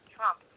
Trump